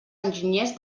enginyers